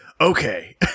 okay